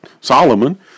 Solomon